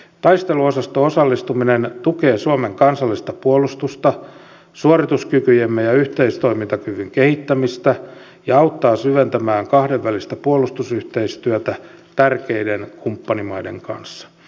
taisteluosasto osallistuminen tukee suomen kansallista puolustusta suorituskykyjemme ja yhteistoimintakyvyn kehittämistä ja auttaa syventämään kahdenvälistä puolustusyhteistyötä tärkeiden kumppanimaiden kanssa